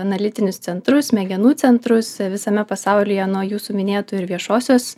analitinius centrus smegenų centrus visame pasaulyje nuo jūsų minėtų ir viešosios